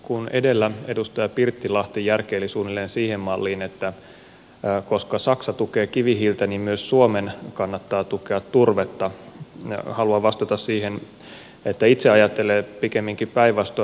kun edellä edustaja pirttilahti järkeili suunnilleen siihen malliin että koska saksa tukee kivihiiltä niin myös suomen kannattaa tukea turvetta haluan vastata siihen että itse ajattelen pikemminkin päinvastoin